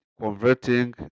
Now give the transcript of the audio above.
converting